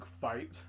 fight